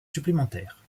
supplémentaires